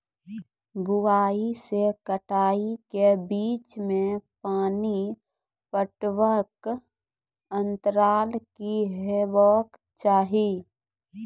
बुआई से कटाई के बीच मे पानि पटबनक अन्तराल की हेबाक चाही?